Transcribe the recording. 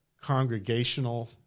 congregational